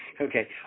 Okay